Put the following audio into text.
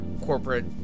corporate